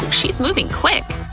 like she's moving quick!